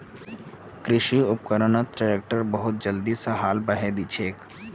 कृषि उपकरणत ट्रैक्टर बहुत जल्दी स खेतत हाल बहें दिछेक